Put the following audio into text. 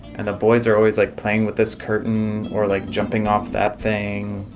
and the boys are always like playing with this curtain, or like jumping off that thing,